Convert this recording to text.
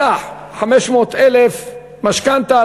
לקח 500,000 משכנתה,